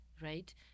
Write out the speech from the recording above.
Right